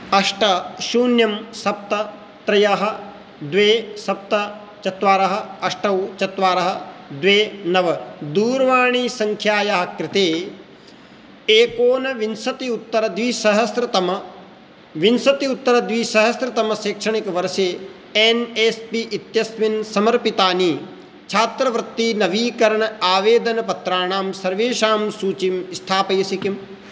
अष्ट शून्यं सप्त त्रयः द्वे सप्त चत्वारः अष्टौ चत्वारः द्वे नव दूर्वाणीसङ्ख्यायाः कृते एकोनविंशति उत्तरद्विसहस्रतः विंशति उत्तरद्विसहस्रतमशैक्षणिकवर्षे एन् एस् पि इत्यस्मिन् समर्पितानि छात्रवृत्तिनवीकरण आवेदनपत्राणां सर्वेषां सूचीं स्थापयसि किम्